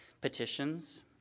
petitions